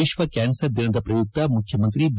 ವಿಷ್ಣ ಕ್ಯಾನರ್ ದಿನದ ಪ್ರಯುಕ್ತ ಮುಖ್ಯಮಂತ್ರಿ ಬಿ